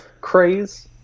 craze